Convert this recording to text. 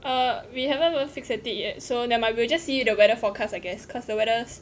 uh we haven't even fix a date yet so never mind we'll just see the weather forecasts I guess cause the weather's